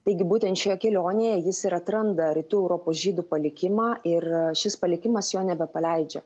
taigi būtent šioje kelionėje jis ir atranda rytų europos žydų palikimą ir šis palikimas jo nebepaleidžia